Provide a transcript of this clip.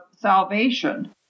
salvation